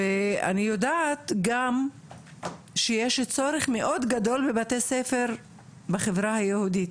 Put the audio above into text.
ואני יודעת גם שיש צורך מאוד גדול בבתי ספר בחברה היהודית,